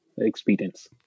experience